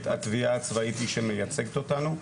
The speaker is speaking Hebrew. התביעה הצבאית היא שמייצגת אותנו,